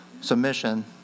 submission